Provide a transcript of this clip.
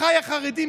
אחיי החרדים,